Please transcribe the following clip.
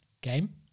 game